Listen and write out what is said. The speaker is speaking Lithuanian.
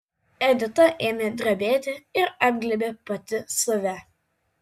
edita ėmė drebėti ir apglėbė pati save